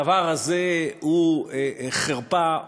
הדבר הזה הוא חרפה,